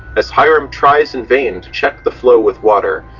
as hiram tries in vain to check the flow with water,